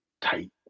tight